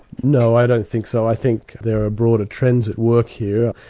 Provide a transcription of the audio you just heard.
no, i don't think so. i think there are broader trends at work here.